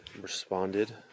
Responded